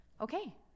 Okay